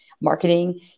marketing